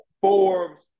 Forbes